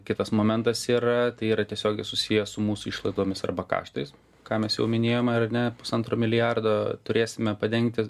kitas momentas yra tai yra tiesiogiai susiję su mūsų išlaidomis arba karštais ką mes jau minėjome ar ne pusantro milijardo turėsime padengti